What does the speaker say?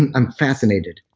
and i'm fascinated,